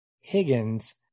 higgins